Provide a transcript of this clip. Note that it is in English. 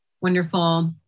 Wonderful